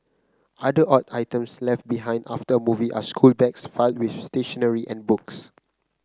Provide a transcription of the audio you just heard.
other odd items left behind after a movie are schoolbags filled with stationery and books